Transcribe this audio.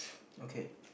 okay